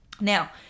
Now